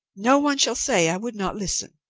no one shall say i would not listen.